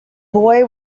boy